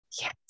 Yes